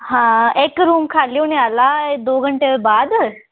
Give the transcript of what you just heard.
हां इक रूम खाल्ली होने आह्ला दो घैंटे बाद